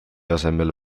asemel